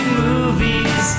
movies